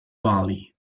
valley